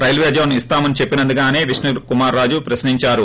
railway zone ఇస్తామని చెప్పినందుకా అని విష్ణుకుమార్ రాజు ప్రశ్నిందారు